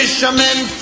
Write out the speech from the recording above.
Fishermen